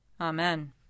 Amen